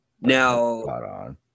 Now